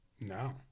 No